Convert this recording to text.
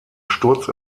sturz